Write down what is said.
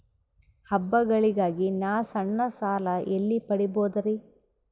ಹಬ್ಬಗಳಿಗಾಗಿ ನಾ ಸಣ್ಣ ಸಾಲ ಎಲ್ಲಿ ಪಡಿಬೋದರಿ?